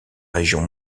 région